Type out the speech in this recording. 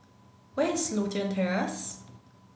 where is Lothian Terrace